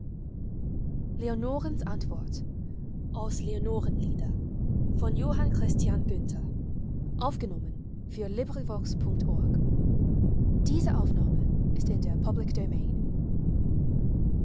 ist ein mensch der